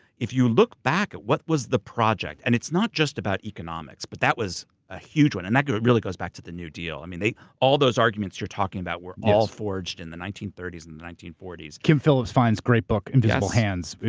if you look back at what was the project, and it's not just about economics, but that was a huge one. and that really goes back to the new deal. i mean all those arguments you're talking about were all forged in the nineteen thirty s and the nineteen forty s. kim phillips-fein's great book, invisible hands.